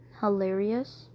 Hilarious